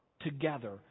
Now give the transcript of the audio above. together